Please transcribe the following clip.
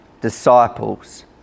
disciples